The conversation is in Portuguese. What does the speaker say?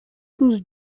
dos